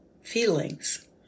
feelings